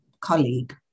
colleague